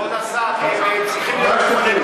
כבוד השר, הם צריכים להיות בכוננות.